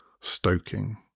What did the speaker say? stoking